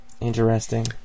Interesting